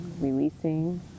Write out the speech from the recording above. releasing